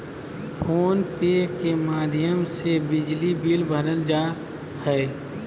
phone पे के माध्यम से बिजली बिल भरल जा हय